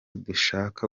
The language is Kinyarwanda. dushaka